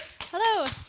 Hello